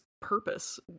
purpose